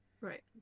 Right